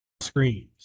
Screens